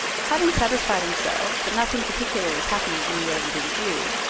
having satisfied himself that nothing particular was happening anywhere within view,